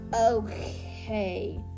Okay